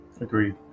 agreed